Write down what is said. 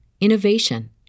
innovation